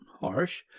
harsh